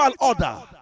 order